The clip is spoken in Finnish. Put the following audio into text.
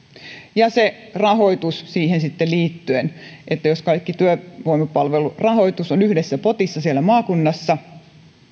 ja se rahoitus sitten siihen liittyen jos kaikki työvoimapalvelurahoitus on yhdessä potissa siellä maakunnassa